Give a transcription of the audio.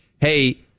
hey